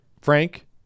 Frank